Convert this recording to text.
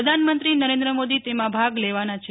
પ્રધાનમંત્રી નરેન્દ્રમ ોદી તેમાં ભાગ લેવાના છે